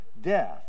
death